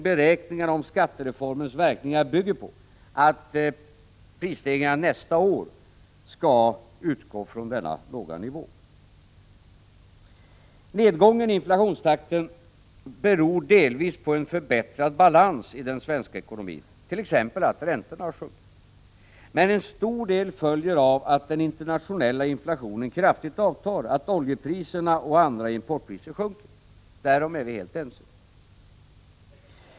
Beräkningen av skattereformens verkningar bygger på förutsättningen att prisökningarna nästa år skall utgå från denna låga nivå. Nedgången av inflationstakten beror delvis på en förbättrad balans i den svenska ekonomin — räntorna t.ex. har sjunkit — men till stor del beror det på att den internationella inflationen kraftigt avtar, att oljepriserna och andra importpriser sjunker. Därom är vi helt ense.